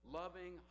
loving